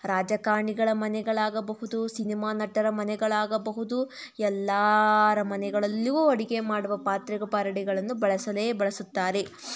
ರಾಜಕಾರಣಿಗಳ ಮನೆಗಳಾಗಬಹುದು ಸಿನಿಮಾ ನಟರ ಮನೆಗಳಾಗಬಹುದು ಎಲ್ಲರ ಮನೆಗಳಲ್ಲೂ ಅಡುಗೆ ಮಾಡುವ ಪಾತ್ರೆ ಪಗಡೆಗಳನ್ನು ಬಳಸಿಯೇ ಬಳಸುತ್ತಾರೆ